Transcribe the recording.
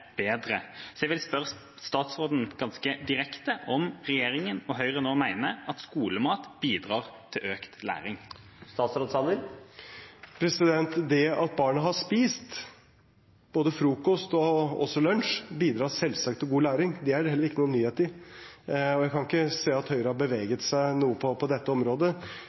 bedre. Så jeg vil spørre statsråden ganske direkte om regjeringa og Høyre nå mener at skolemat bidrar til økt læring. Det at barna har spist, både frokost og også lunsj, bidrar selvsagt til god læring. Det er det heller ikke noen nyhet i. Jeg kan ikke se at Høyre har beveget seg noe på dette området.